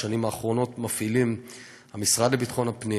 בשנים האחרונות מפעילים המשרד לביטחון הפנים